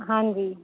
ਹਾਂਜੀ